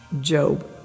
Job